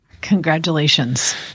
Congratulations